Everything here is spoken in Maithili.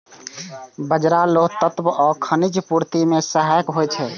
बाजरा लौह तत्व आ खनिजक पूर्ति मे सहायक होइ छै